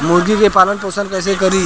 मुर्गी के पालन पोषण कैसे करी?